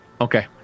Okay